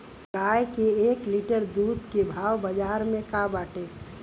गाय के एक लीटर दूध के भाव बाजार में का बाटे?